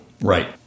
Right